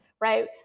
right